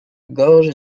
gorge